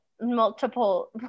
multiple